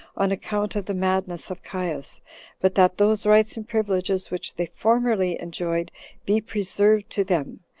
on account of the madness of caius but that those rights and privileges which they formerly enjoyed be preserved to them,